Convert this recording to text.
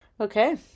okay